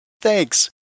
Thanks